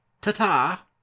ta-ta